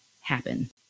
happen